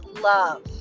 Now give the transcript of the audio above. love